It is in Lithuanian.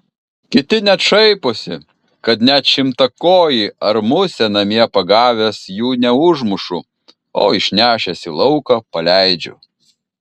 kiti net šaiposi kad net šimtakojį ar musę namie pagavęs jų neužmušu o išnešęs į lauką paleidžiu